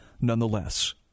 nonetheless